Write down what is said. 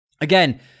Again